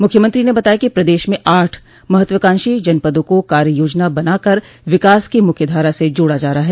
मुख्यमंत्री ने बताया कि प्रदेश में आठ महत्वाकांक्षी जनपदों को कार्य योजना बनाकर विकास की मुख्यधारा से जोड़ा जा रहा है